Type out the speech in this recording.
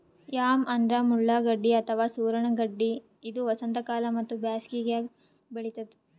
yam ಅಂದ್ರ ಮುಳ್ಳಗಡ್ಡಿ ಅಥವಾ ಸೂರಣ ಗಡ್ಡಿ ಇದು ವಸಂತಕಾಲ ಮತ್ತ್ ಬ್ಯಾಸಿಗ್ಯಾಗ್ ಬೆಳಿತದ್